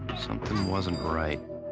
something wasn't right.